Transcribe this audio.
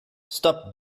stop